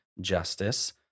justice